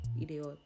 idiot